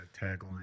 tagline